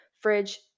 fridge